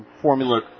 formula